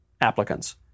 applicants